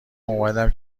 اومدم